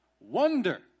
Wonder